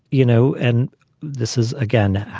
you know, and this is again,